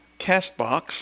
Castbox